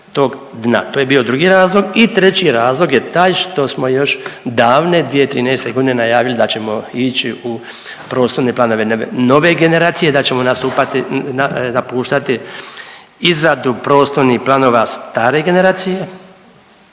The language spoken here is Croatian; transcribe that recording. to je bio drugi razlog. I treći razlog je taj što smo još davne 2013.g. najavili da ćemo ići u prostorne planove nove generacije, da ćemo nastupati, napuštati izradu prostornih planova stare generacije,